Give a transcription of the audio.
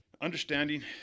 understanding